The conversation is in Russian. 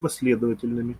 последовательными